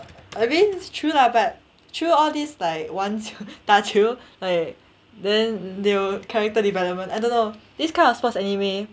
I mean it's true lah but through all these like 玩球打球 like then they'll character development I don't know this kind of sports anime